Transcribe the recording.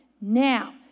Now